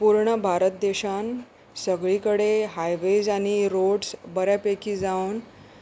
पूर्ण भारत देशान सगळी कडेन हायवेज आनी रोड्स बऱ्या पैकी जावन